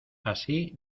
así